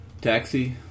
Taxi